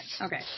okay